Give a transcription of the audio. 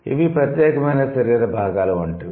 ఇవి ప్రత్యేకమైన శరీర భాగాలు వంటివి